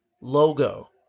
logo